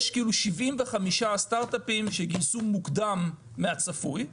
יש כאילו 75 סטארטאפים שגייסו מוקדם מהצפוי,